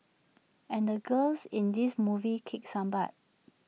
and the girls in this movie kick some butt